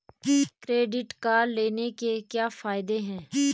Credit card लेने के क्या फायदे हैं?